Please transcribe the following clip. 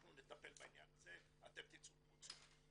אנחנו נטפל בעניין הזה ואתם תצאו מרוצים.